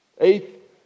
Eighth